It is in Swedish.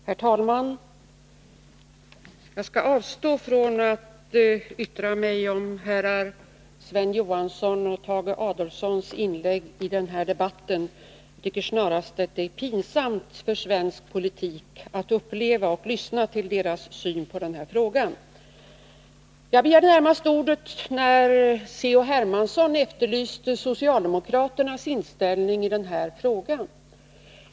Herr talman! Jag skall avstå från att yttra mig om herrar Sven Johanssons och Tage Adolfssons inlägg i den här debatten. Jag tycker att det är snarast pinsamt för svensk politik att vi tvingas lyssna till dem när de framför sin syn på den här frågan. Jag begärde ordet närmast med anledning av att C.-H. Hermansson efterlyste socialdemokraternas inställning i denna fråga.